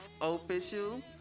official